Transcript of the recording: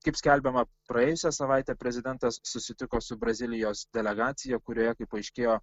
kaip skelbiama praėjusią savaitę prezidentas susitiko su brazilijos delegacija kurioje kaip paaiškėjo